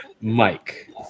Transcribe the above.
Mike